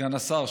סגן השר,